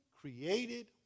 created